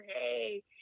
Hey